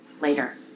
later